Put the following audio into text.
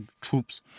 troops